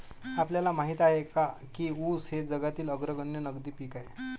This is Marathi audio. आपल्याला माहित आहे काय की ऊस हे जगातील अग्रगण्य नगदी पीक आहे?